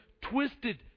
twisted